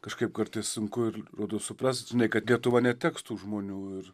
kažkaip kartais sunku ir rodos suprast kad lietuva neteks tų žmonių ir